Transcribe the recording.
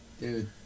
Dude